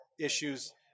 issues